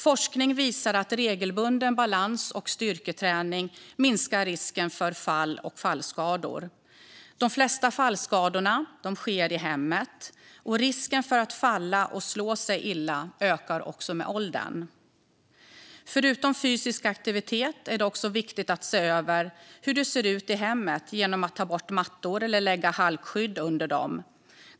Forskning visar att regelbunden balans och styrketräning minskar risken för fall och fallskador. De flesta fallskador sker i hemmet. Risken för att falla och slå sig illa ökar med åldern. Förutom fysisk aktivitet är det också viktigt att se över hur det ser ut i hemmet. Man kan ta bort mattor eller lägga halkskydd under dem.